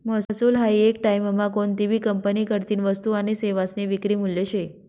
महसूल हायी येक टाईममा कोनतीभी कंपनीकडतीन वस्तू आनी सेवासनी विक्री मूल्य शे